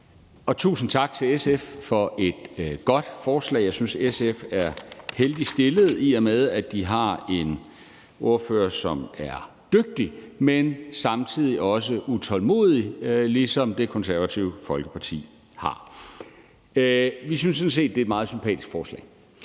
og tusind tak til SF for et godt forslag. Jeg synes, SF er heldigt stillet, i og med at de har en ordfører, som er dygtig, men samtidig også utålmodig, ligesom Det Konservative Folkeparti har. Vi synes sådan set, det er et meget sympatisk forslag.